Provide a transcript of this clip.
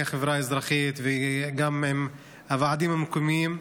החברה האזרחית וגם עם הוועדים המקומיים.